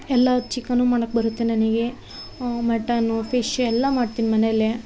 ಎಲ್ಲ ಚಿಕ್ಕನ್ನು ಮಾಡೋಕ್ ಬರುತ್ತೆ ನನಗೆ ಮಟನ್ನು ಫಿಶು ಎಲ್ಲ ಮಾಡ್ತಿನಿ ಮನೇಲೆ